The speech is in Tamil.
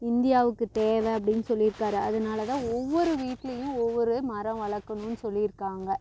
இந்தியாவுக்கு தேவை அப்படினு சொல்லிருக்கார் அதனால தான் ஒவ்வொரு வீட்லையும் ஒவ்வொரு மரம் வளர்க்குணுன்னு சொல்லி இருக்காங்க